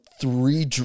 three